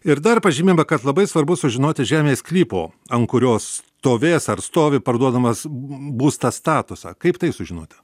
ir dar pažymima kad labai svarbu sužinoti žemės sklypo ant kurios stovės ar stovi parduodamas būstas statusą kaip tai sužinoti